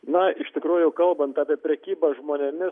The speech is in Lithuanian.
na iš tikrųjų kalbant apie prekybą žmonėmis